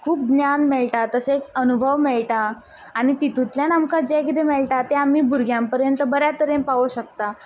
खूब ज्ञान मेळटा तशेंच अनुभव मेळटा आनी तितूंतल्यान आमकां जें कितें मेळटा तें आमी भुरग्यां पर्यंत बऱ्या तरेन पावों शकता